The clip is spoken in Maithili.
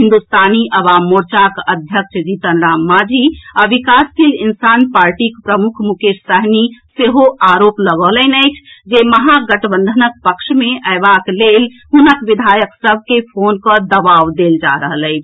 हिन्दुस्तानी आवाम मोर्चाक अध्यक्ष जीतन राम मांझी आ विकासशील इंसान पार्टीक प्रमुख मुकेश सहनी सेहो आरोप लगौलनि अछि जे महागठबंधनक पक्ष मे अएबाक लेल हुनक विधायक सभ के फोन कऽ दबाव देल जा रहल अछि